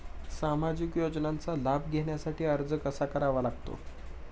सामाजिक योजनांचा लाभ घेण्यासाठी अर्ज कसा करावा लागतो?